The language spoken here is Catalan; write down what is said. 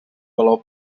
valor